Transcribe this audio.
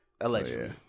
Allegedly